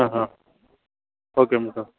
okay madam